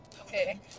okay